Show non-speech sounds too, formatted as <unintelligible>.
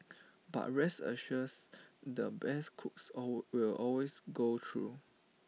but rest assures the best cooks <unintelligible> will always go through